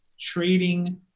trading